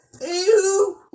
Ew